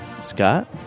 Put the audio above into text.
Scott